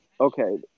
okay